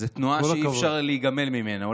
זו תנועה שאי-אפשר להיגמל ממנה.